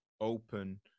open